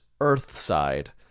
Earthside